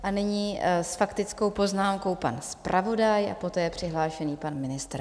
A nyní s faktickou poznámkou pan zpravodaj a poté je přihlášený pan ministr.